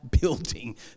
building